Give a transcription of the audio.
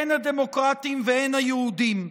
הן הדמוקרטיים והן היהודיים,